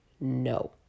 no